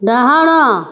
ଡାହାଣ